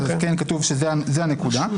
כן כתוב שזאת הנקודה.